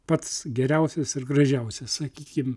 pats geriausias ir gražiausias sakykim